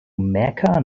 mecca